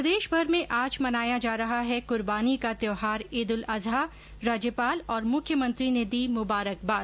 प्रदेशभर में आज मनाया जा रहा है कुर्बानी का त्योहार ईद उल अजहा राज्यपाल और मुख्यमंत्री ने दी मुबारकबाद